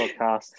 podcast